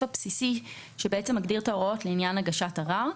הבסיסי שמגדיר את ההוראות לעניין הגשת ערר.